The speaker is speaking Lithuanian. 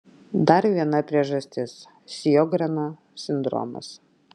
dar viena priežastis sjogreno sindromas